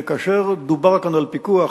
שכאשר דובר כאן על פיקוח